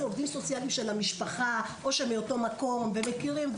עובדים סוציאליים של המשפחה או שמאותו מקום ומכירים.